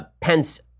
Pence